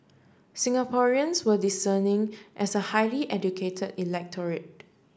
Singaporeans were discerning as a highly educated electorate